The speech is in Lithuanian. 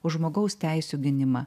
už žmogaus teisių gynimą